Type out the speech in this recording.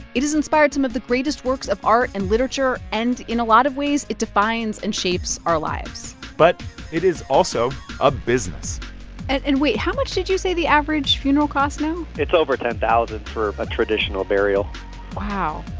it has inspired some of the greatest works of art and literature. and in a lot of ways, it defines and shapes our lives but it is also a business and, wait, how much did you say the average funeral costs now? it's over ten thousand dollars for a traditional burial wow.